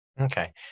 Okay